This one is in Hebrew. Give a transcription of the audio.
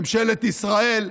ממשלת ישראל,